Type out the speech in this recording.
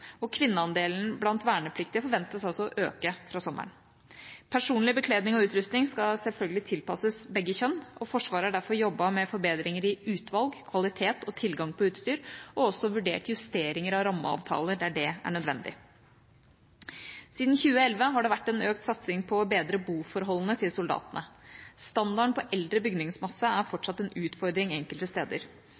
og kvinneandelen blant vernepliktige forventes også å øke fra sommeren. Personlig bekledning og utrustning skal selvfølgelig tilpasses begge kjønn, og Forsvaret har derfor jobbet med forbedringer i utvalg, kvalitet og tilgang på utstyr, og også vurdert justeringer av rammeavtaler der det er nødvendig. Siden 2011 har det vært en økt satsing på å bedre boforholdene til soldatene. Standarden på eldre bygningsmasse er fortsatt en utfordring enkelte steder.